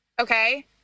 okay